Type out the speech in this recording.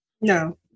no